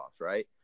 right